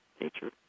nature